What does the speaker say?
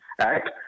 Act